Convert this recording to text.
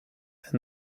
and